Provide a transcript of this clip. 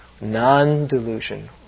non-delusion